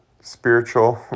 spiritual